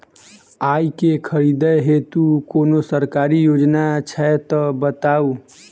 आइ केँ खरीदै हेतु कोनो सरकारी योजना छै तऽ बताउ?